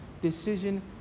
decision